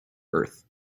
earth